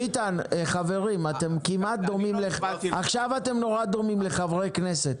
חברים, עכשיו אתם דומים מאוד לחברי כנסת.